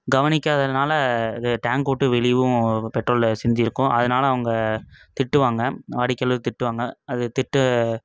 கவனிக்காததனால அது டேங் விட்டு வெளியேவும் பெட்ரோலு சிந்தியிருக்கும் அதனால் அவங்க திட்டுவாங்க அடிக்க திட்டுவாங்க அது திட்டு